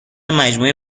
مجموعه